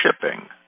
shipping